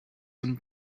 and